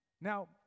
Now